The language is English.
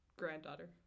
granddaughter